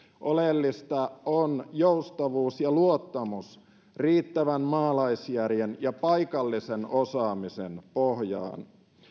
oleellista on joustavuus ja luottamus riittävän maalaisjärjen ja paikallisen osaamisen pohjaan